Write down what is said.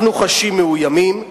אנחנו חשים מאוימים,